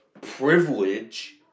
privilege